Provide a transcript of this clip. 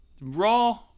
Raw